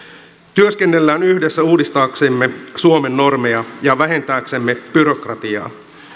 työskennellään yhdessä uudistaaksemme suomen normeja ja vähentääksemme byrokratiaa